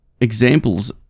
examples